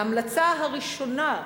ההמלצה הראשונה,